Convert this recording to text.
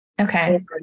Okay